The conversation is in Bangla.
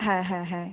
হ্যাঁ হ্যাঁ হ্যাঁ